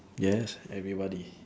yes everybody